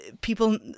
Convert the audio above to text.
People